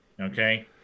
okay